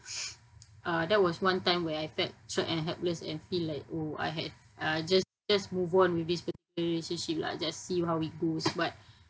uh that was one time where I felt trapped and helpless and feel like oh I had uh just just move on with this particular relationship lah just see how it goes but